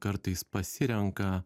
kartais pasirenka